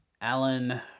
Alan